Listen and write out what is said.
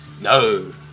No